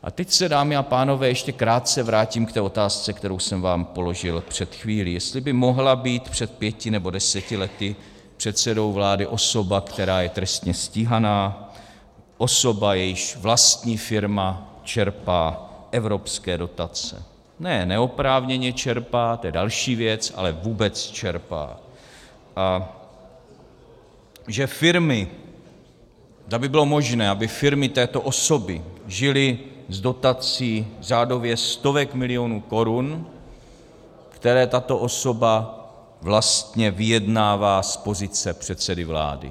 A teď se, dámy a pánové, ještě krátce vrátím k té otázce, kterou jsem vám položil před chvílí, jestli by mohla být před pěti nebo deseti lety předsedou vlády osoba, která je trestně stíhaná, osoba, jejíž vlastní firma čerpá evropské dotace ne neoprávněně čerpá, to je další věc, ale vůbec čerpá a zda bylo možné, aby firmy této osoby žily z dotací řádově stovek milionů korun, které tato osoba vlastně vyjednává z pozice předsedy vlády.